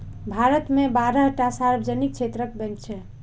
भारत मे बारह टा सार्वजनिक क्षेत्रक बैंक छै